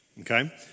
Okay